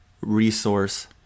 resource